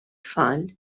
tfal